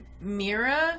Mira